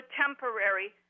temporary